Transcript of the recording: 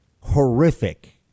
horrific